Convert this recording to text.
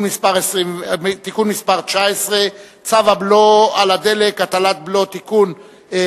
מס' 19) וצו הבלו על הדלק (הטלת בלו) (תיקון),